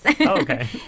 okay